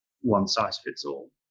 one-size-fits-all